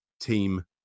Team